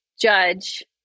judge